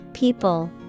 People